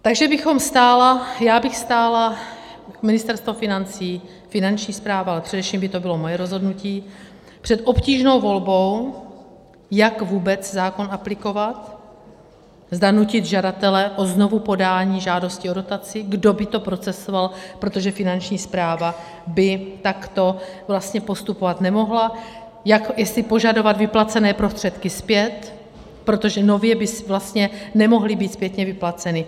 Takže já bych stála, Ministerstvo financí, Finanční správa, ale především by to bylo moje rozhodnutí, před obtížnou volbou, jak vůbec zákon aplikovat, zda nutit žadatele o znovupodání žádosti o dotaci, kdo by to procesoval, protože Finanční správa by takto vlastně postupovat nemohla, jestli požadovat vyplacené prostředky zpět, protože nově by vlastně nemohly být zpětně vyplaceny.